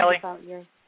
Kelly